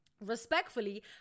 respectfully